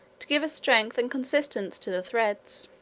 to give a strength and consistence to the threads.